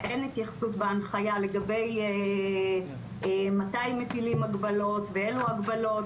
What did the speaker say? אין התייחסות בהנחיה לגבי מתי מטילים הגבלות ואילו הגבלות.